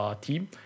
team